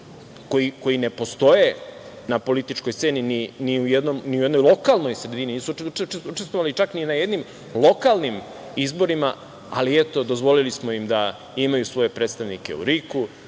koje ne postoje na političkoj sceni ni u jednoj lokalnoj sredini, nisu učestvovali čak ni na jednim lokalnim izborima, ali eto dozvolili smo im da imaju svoje predstavnike u RIK,